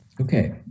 Okay